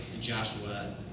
Joshua